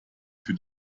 für